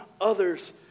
others